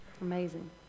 Amazing